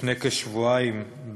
לפני כשבועיים,